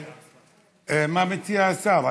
מה מציע השר?